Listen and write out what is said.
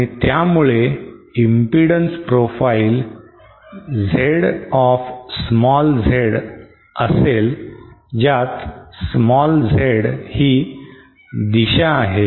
आणि त्यामुळे impedance profile Z of z असेल ज्यात z हि दिशा आहे